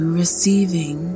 receiving